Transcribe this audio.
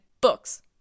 books